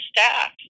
staff